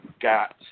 got